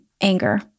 anger